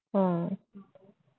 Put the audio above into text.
mm